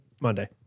Monday